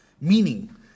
meaning